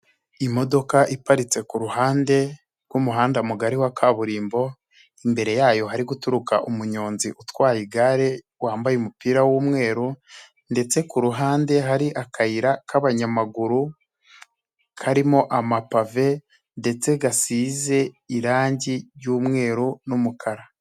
Imodoka iparitse ku ruhande rw'umuhanda mugari wa kaburimbo, imbere yayo hari guturuka umunyonzi utwaye igare, wambaye umupira w'umweru ndetse ku ruhande hari akayira k'abanyamaguru, karimo amapave ndetse gasize irangi ry'umweru n'umukara.